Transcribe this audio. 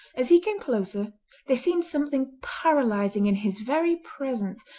as he came closer there seemed something paralysing in his very presence,